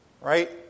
Right